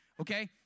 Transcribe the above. Okay